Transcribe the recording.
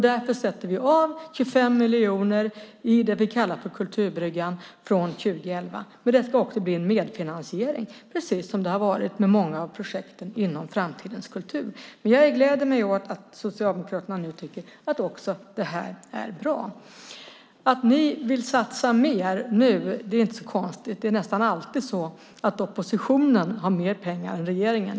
Därför sätter vi av 25 miljoner i det vi kallar för Kulturbryggan från 2011. Men det ska också bli en medfinansiering, precis som det har varit med många av projekten inom Framtidens kultur. Jag gläder mig åt att Socialdemokraterna nu tycker att också det är bra. Att ni vill satsa mer nu är inte så konstigt. Det är nästan alltid så att oppositionen har mer pengar än regeringen.